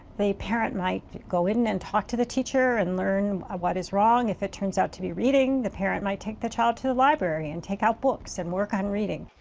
the parent might go in and talk to the teacher and learn what is wrong. if it turns out to be reading, the parent might take the child to the library and take out books and work on reading.